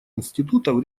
институтов